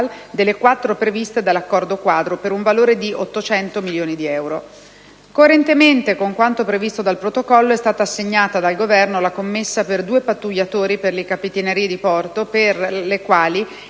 delle quattro previste dall'accordo quadro, per un valore di 800 milioni di Euro. Coerentemente con quanto previsto dal protocollo, è stata assegnata dal Governo la commessa per due pattugliatori per le Capitanerie di porto, per la quali